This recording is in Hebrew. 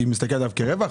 מסתכלת כרווח?